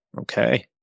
Okay